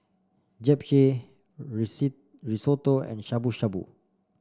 japchae Risotto and Shabu Shabu